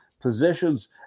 positions